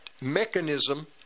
mechanism